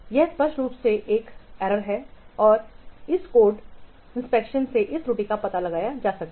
यह स्पष्ट रूप से एक त्रुटि है और इस कोड इंफेक्शन से इस त्रुटि का पता लगाया जा सकता है